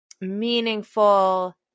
meaningful